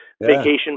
vacation